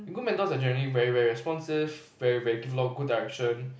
good mentors are generally very very responsive very very give a lot of good directions